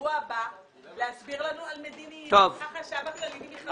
בשבוע הבא להסביר לנו על מדיניות החשב הכללי במכרזים.